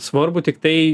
svarbu tiktai